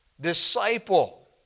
disciple